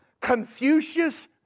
Confucius